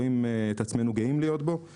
בכל